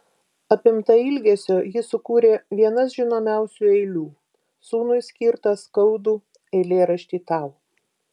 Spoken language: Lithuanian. apimta ilgesio ji sukūrė vienas žinomiausių eilių sūnui skirtą skaudų eilėraštį tau